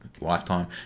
lifetime